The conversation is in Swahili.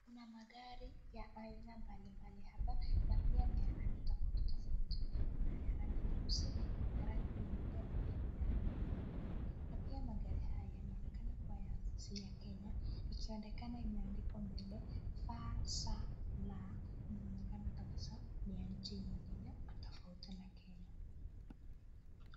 Kuna magari ya aina mbalimbali hapa na pia ni ya rangi tofauti tofauti. Kuna ya rangi nyeusi, kuna rangi nyeupe na pia kuna ya rangi nyekundu. Na pia magari haya yanaonekana kwa ya sio ya Kenya. Ikionekana imeandikwa mbele FSL, inaonekana kabisa ni ya nchi nyingine tofauti na Kenya.